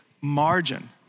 Margin